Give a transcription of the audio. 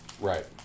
Right